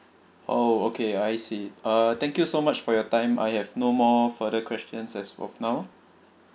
oh okay I see uh thank you so much for your time I have no more further questions as of now